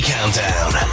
Countdown